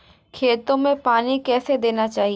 खेतों में पानी कैसे देना चाहिए?